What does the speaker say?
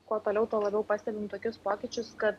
kuo toliau tuo labiau pastebim tokius pokyčius kad